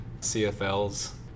CFLs